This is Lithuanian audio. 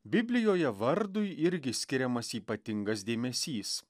biblijoje vardui irgi skiriamas ypatingas dėmesys